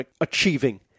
achieving